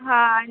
हा आणि